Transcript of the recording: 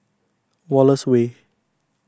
Wallace Way